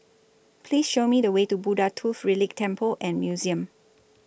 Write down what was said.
Please Show Me The Way to Buddha Tooth Relic Temple and Museum